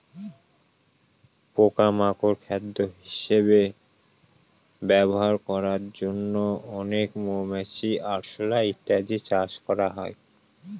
পোকা মাকড় খাদ্য হিসেবে ব্যবহার করার জন্য অনেক মৌমাছি, আরশোলা ইত্যাদি চাষ করা হয়